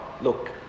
Look